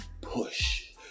push